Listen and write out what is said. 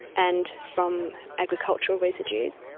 and from agricultural residues.